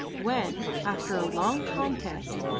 when, after a long contest,